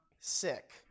sick